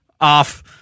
off